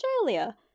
australia